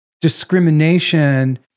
Discrimination